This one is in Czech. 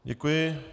Děkuji.